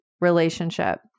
relationship